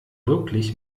wirklich